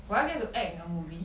will I get to act in a movie